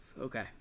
Okay